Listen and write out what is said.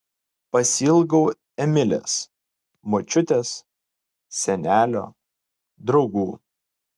pasiilgau emilės močiutės senelio draugų